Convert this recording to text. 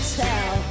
tell